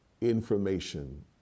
information